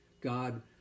God